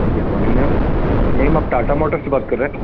good morning ma'am ma'am आप Tata Motors से बात कर रहे